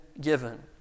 given